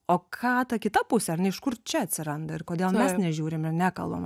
o ką ta kita pusė ar ne iš kur čia atsiranda ir kodėl mes nežiūrim ir nekalbam